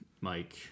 Mike